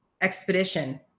expedition